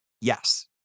yes